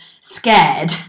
scared